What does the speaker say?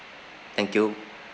thank you